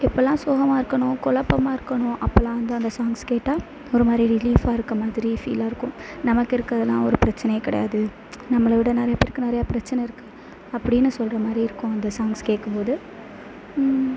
எப்பெல்லாம் சோகமாக இருக்கேனோ குழப்பமா இருக்கேனோ அப்பெல்லாம் வந்து அந்த சாங்ஸ் கேட்டால் ஒரு மாதிரி ரிலீஃபாக இருக்க மாதிரி ஃபீலாக இருக்கும் நமக்கு இருக்கிறதெல்லாம் ஒரு பிரச்சினயே கிடையாது நம்மளை விட நிறைய பேருக்கு நிறைய பிரச்சின இருக்குது அப்படின்னு சொல்கிற மாதிரி இருக்கும் அந்த சாங்ஸ் கேட்கும் போது